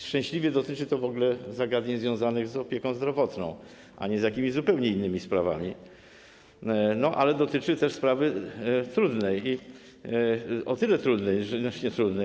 Szczęśliwie dotyczy to w ogóle zagadnień związanych z opieką zdrowotną, a nie z jakimiś zupełnie innymi sprawami, ale dotyczy to też sprawy trudnej, o tyle trudnej, tzn. już nie trudnej.